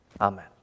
amen